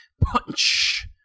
punch